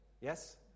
Yes